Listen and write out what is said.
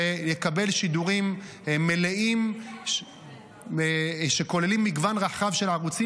ויקבל שידורים מלאים שכוללים מגוון רחב יותר של ערוצים.